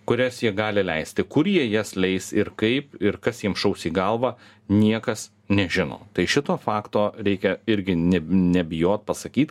kurias jie gali leisti kur jie jas leis ir kaip ir kas jiems šaus į galvą niekas nežino tai šito fakto reikia irgi neb nebijot pasakyt